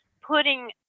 putting